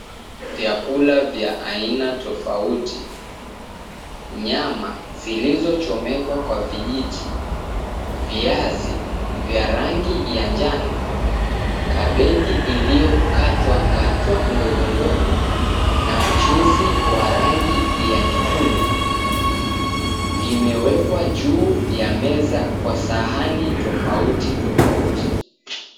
Vyakula vya aina tofauti. Nyama zilizochomekwa kwa vijiti, viazi vya rangi ya njano, kabeji iliyokatwa katwa ndogo ndogo na mchuzi wa rangi ya nyekundu, vimewekwa juu ya meza kwa sahani tofauti tofauti.